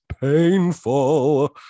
painful